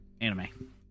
anime